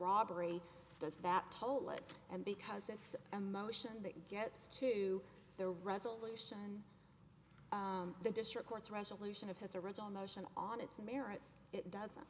robbery does that toll it and because it's a motion that gets to the resolution the district courts resolution of his original motion on its merits it doesn't